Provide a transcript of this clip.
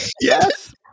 Yes